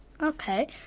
Okay